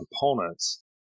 components